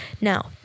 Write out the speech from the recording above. Now